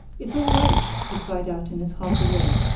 it's all right! he cried out in his hearty way.